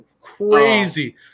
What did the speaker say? crazy –